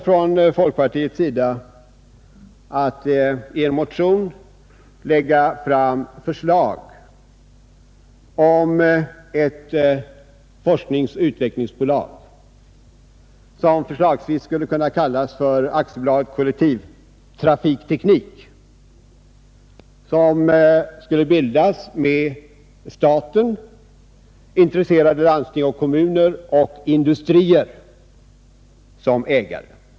Folkpartiet kommer att i en motion lägga fram förslag om ett forskningsoch utvecklingsbolag, som förslagsvis skulle kunna kallas AB Kollektivtrafikteknik och som skulle bildas med staten, intresserade landsting och kommuner samt industrier som ägare.